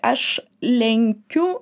aš lenkiu